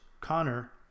Connor